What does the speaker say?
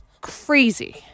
crazy